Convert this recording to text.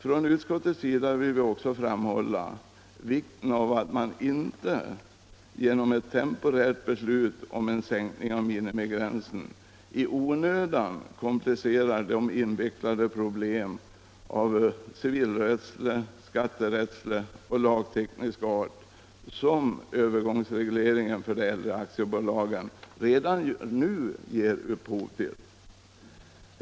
Från utskottets sida vill vi också framhålla vikten av att man inte genom ett temporärt beslut om en sänkning av minimigränsen i onödan komplicerar de invecklade problem av civilrättslig, skatterättslig och lagteknisk art som övergångsregleringen för de äldre aktiebolagen redan nu ger upphov till.